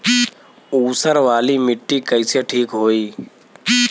ऊसर वाली मिट्टी कईसे ठीक होई?